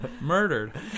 Murdered